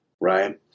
right